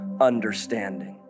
understanding